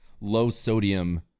low-sodium